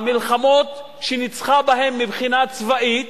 המלחמות שניצחה בהן מבחינה צבאית,